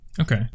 Okay